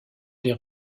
les